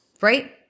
right